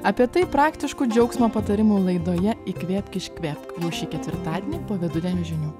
apie tai praktiškų džiaugsmo patarimų laidoje įkvėpk iškvėpk jau šį ketvirtadienį po vidudienio žinių